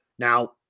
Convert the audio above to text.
Now